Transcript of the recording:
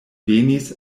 venis